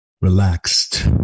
relaxed